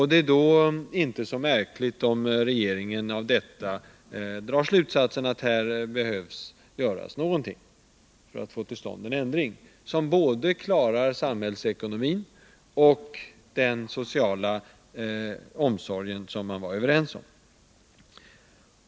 Det är inte så märkligt om regeringen av detta drar slutsatsen att något behöver göras för att få till stånd en ändring — för att klara både samhällsekonomin och den sociala omsorgen.